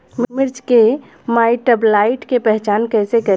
मिर्च मे माईटब्लाइट के पहचान कैसे करे?